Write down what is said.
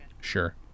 Sure